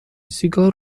سیگار